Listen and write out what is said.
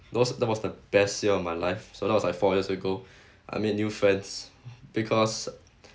those that was the best year of my life so that was like four years ago I made new friends because